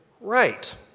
Right